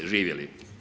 Živjeli.